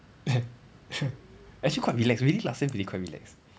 actually quite relaxed really last sem really quite relaxed